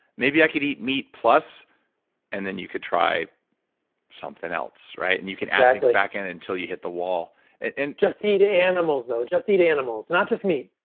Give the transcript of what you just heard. maybe i could eat meat plus and then you could try something else. and you can add things back in until you hit the wall and just eat animals though. just eat animals. not just meat,